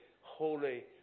holy